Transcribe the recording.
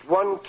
one